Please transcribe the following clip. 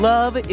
Love